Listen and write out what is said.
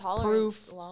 Proof